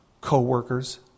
co-workers